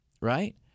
right